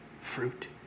fruit